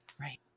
Right